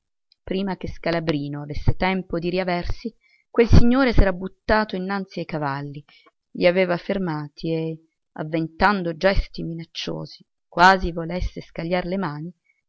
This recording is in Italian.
prima che scalabrino avesse tempo di riaversi quel signore s'era buttato innanzi ai cavalli li aveva fermati e avventando gesti minacciosi quasi volesse scagliar le mani